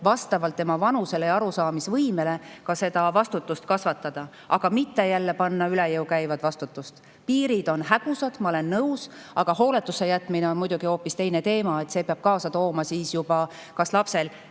vastavalt vanusele ja arusaamisvõimele tuleb ka vastutust kasvatada, samas panemata lapsele üle jõu käivat vastutust. Piirid on hägusad, ma olen nõus. Aga hooletusse jätmine on muidugi hoopis teine teema, see peab kaasa tooma juba kas